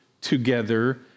together